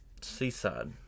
seaside